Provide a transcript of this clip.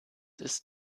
ist